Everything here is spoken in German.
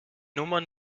nummer